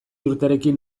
urterekin